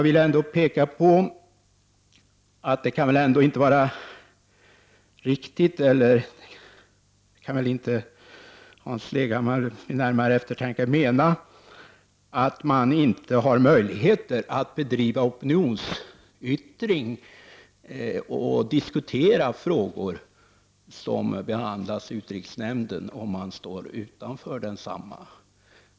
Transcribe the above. Hans Leghammar kan väl ändå inte vid närmare eftertanke mena att man inte har möjligheter att bedriva opinionsbildning och diskutera frågor som behandlas i utrikesnämnden om man står utanför densamma?